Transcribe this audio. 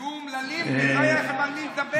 תהיו אומללים ולא יהיה לכם על מי לדבר.